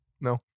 No